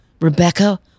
Rebecca